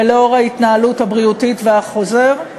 ולאור ההתנהלות הבריאותית והחוזר,